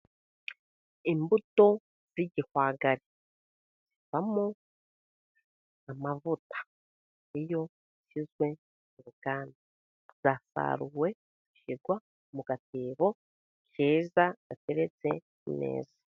Imbuto z'igihwagari zivamo amavuta iyo ashyizwe mu ruganda. Zasaruwe zishyirwa mu gatebo keza gateretse ku meza.